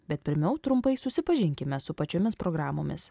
bet pirmiau trumpai susipažinkime su pačiomis programomis